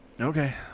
Okay